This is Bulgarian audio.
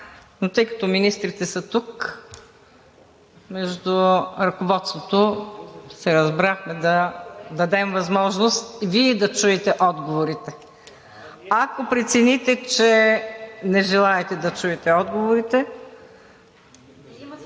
Но тъй като министрите са тук, между ръководството се разбрахме да дадем възможност Вие да чуете отговорите. Ако прецените, че не желаете да чуете отговорите…